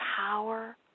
power